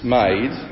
made